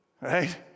right